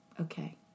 okay